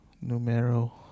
numero